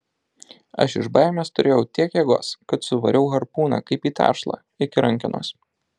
aš iš baimės turėjau tiek jėgos kad suvariau harpūną kaip į tešlą iki rankenos